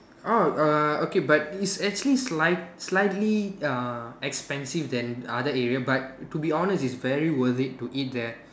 oh err okay but it's actually slight slightly err expensive than other areas but to be honest it's very worth it to eat there